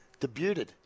Debuted